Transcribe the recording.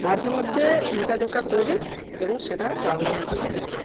মাঝে মধ্যে লেখা ঝোকা করি এবং সেটা বাংলা ভাষাতে লিখি